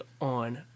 on